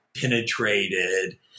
penetrated